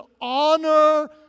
honor